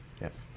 yes